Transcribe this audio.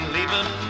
Leaving